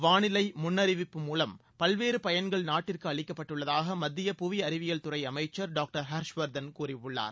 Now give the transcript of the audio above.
வாளிலை முன்னநிவிப்பு மூலம் பல்வேறு பயன்கள் நாட்டிற்கு அளிக்கப்பட்டுள்ளதாக மத்திய புவி அறிவியல்துறை அமைச்சர் டாக்டர் ஹர்ஷ்வர்தன் கூறியுள்ளார்